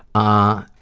ah,